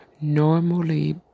Normally